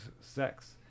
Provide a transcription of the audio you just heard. sex